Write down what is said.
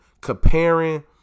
comparing